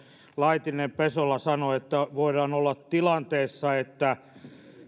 laitinen pesola sanoi että voidaan olla tilanteessa että